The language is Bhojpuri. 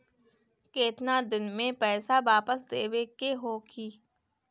केतना दिन में पैसा वापस देवे के होखी?